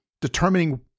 determining